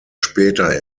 später